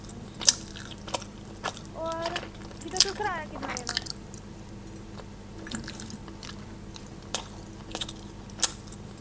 अच्छा अच्छा होर तुसें किराया किन्ना देना